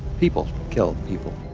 people kill people.